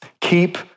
Keep